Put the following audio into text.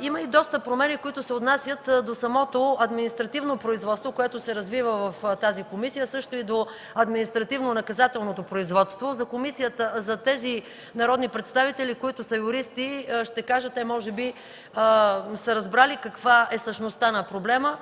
Има и доста промени, които се отнасят до самото административно производство, което се развива в тази комисия, също и до административнонаказателното производство. За народните представители, които са юристи, ще кажа – те може би са разбрали каква е същността на проблема,